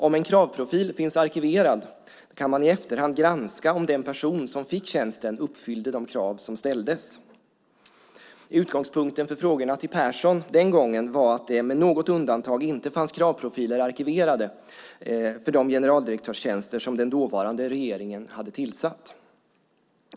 Om en kravprofil finns arkiverad kan man i efterhand granska om den person som fick tjänsten uppfyllde de krav som ställdes. Utgångspunkten för frågorna till Persson den gången var att det med något undantag inte fanns kravprofiler arkiverade för de generaldirektörstjänster som den dåvarande regeringen hade tillsatt.